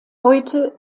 heute